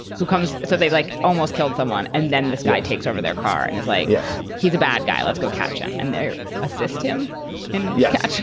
who comes. so they, like, almost killed someone. and then this guy takes over their car and it's like he's a bad guy. let's go catch him. and they assist him and yeah catch him.